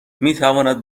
میتواند